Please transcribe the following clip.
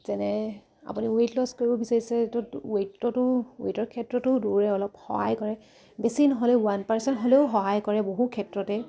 যেনে আপুনি weight loss কৰিব বিচাৰিছে ত' ৱেইটতো ৱেইটৰ ক্ষেত্ৰতো দৌৰে অলপ সহায় কৰে বেছি নহ'লেও ওৱান পাৰ্চেণ্ট হ'লেও সহায় কৰে বহু ক্ষেত্ৰতে